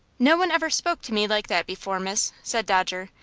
no one ever spoke to me like that before, miss, said dodger,